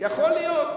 יכול להיות.